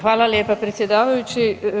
Hvala lijepa predsjedavajući.